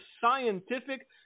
scientific